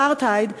אפרטהייד,